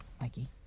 Mikey